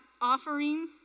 offering